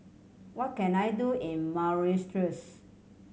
what can I do in Mauritius